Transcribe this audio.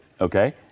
okay